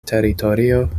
teritorio